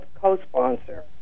co-sponsor